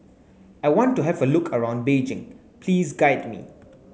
I want to have a look around Beijing please guide me